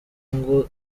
ngo